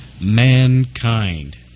mankind